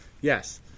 Yes